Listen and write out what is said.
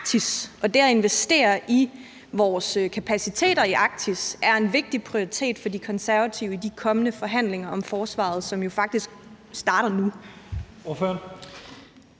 det at investere i vores kapaciteter i Arktis er en vigtig prioritet for De Konservative i de kommende forhandlinger om forsvaret, som jo faktisk starter nu?